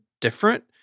different